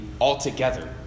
altogether